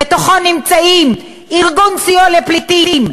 בתוכו נמצאים: ארגון סיוע לפליטים,